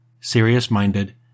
serious-minded